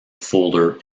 folder